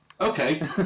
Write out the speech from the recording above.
Okay